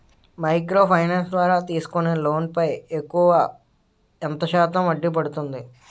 Micro finance ద్వారా తీసుకునే loan పై ఎక్కువుగా ఎంత శాతం వడ్డీ పడుతుంది?